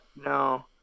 No